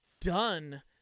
done